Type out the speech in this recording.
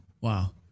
Wow